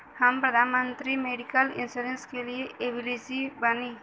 हम प्रधानमंत्री medical insurance के लिए एलिजिबल बानी?